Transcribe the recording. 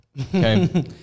Okay